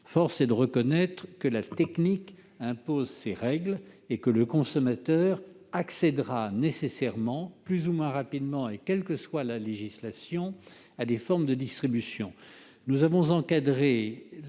force est de reconnaître que la technique impose ses règles et que le consommateur accédera nécessairement, plus ou moins rapidement, et quelle que soit la législation, à toutes les formes de distribution.